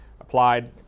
applied